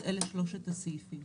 אז אלה שלושת הסעיפים.